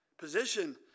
Position